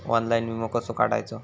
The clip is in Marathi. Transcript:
ऑनलाइन विमो कसो काढायचो?